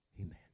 Amen